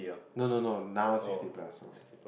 no no no now sixty plus so